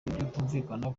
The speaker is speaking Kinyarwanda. kutumvikana